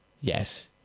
Yes